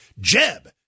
Jeb